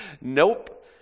nope